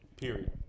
Period